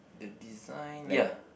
the design ya